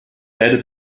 beide